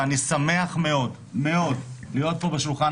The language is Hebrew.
ואני שמח מאוד מאוד להיות פה בשולחן